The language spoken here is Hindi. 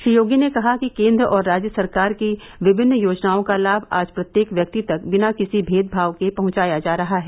श्री योगी ने कहा कि केंद्र और राज्य सरकार की विभिन्न योजनाओं का लाम आज प्रत्येक व्यक्ति तक बिना किसी भेदभाव के पहुंचाया जा रहा है